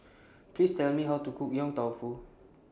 Please Tell Me How to Cook Yong Tau Foo